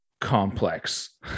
complex